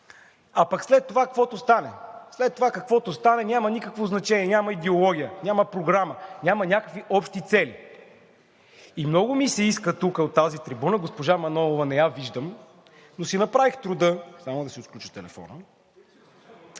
стане. След това каквото стане – няма никакво значение, няма идеология, няма програма, няма някакви общи цели. И много ми се иска тук от тази трибуна – госпожа Манолова не я виждам, но си направих труда – 2014 г., тъй